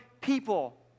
people